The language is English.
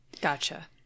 Gotcha